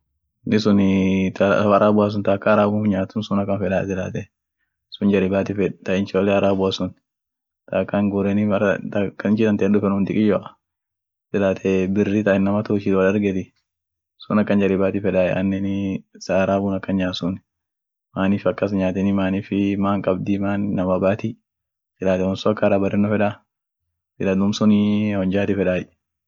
mukaate woriit midaasenuu, mukaate unga kaandeni ibidiir daabeni ibidiir bulcheni ibidin chaapa unga jaliit kaandeni iraanen ibid dikeyo irkayeni diko irakaanie ak dakika sodoma kan dumii iranaaf jal wot bichaati mukaate wora akas midaasenie,